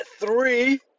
three